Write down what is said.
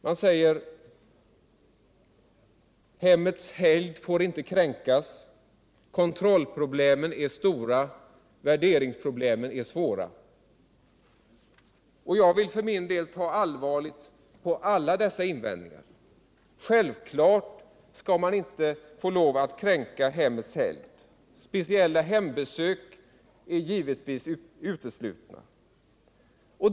Man säger: Hemmets helgd får inte kränkas, kontrollproblemen är stora och värderingsproblemen är svåra. Jag vill för min del ta allvarligt på alla dessa invändningar. Självfallet skall man inte få lov att kränka hemmets helgd. Speciella hembesök är givetvis uteslutna.